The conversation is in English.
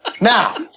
Now